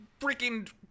freaking